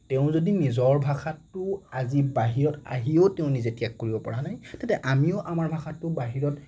তেওঁ যদি নিজৰ ভাষাটো আজি বাহিৰত আহিও তেওঁ ত্যাগ কৰিব পৰা নাই তেতিয়া আমিও আমাৰ ভাষাটো বাহিৰত